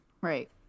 Right